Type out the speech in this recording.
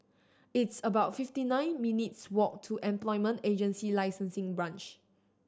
it's about fifty nine minutes' walk to Employment Agency Licensing Branch